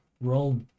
roll